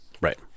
right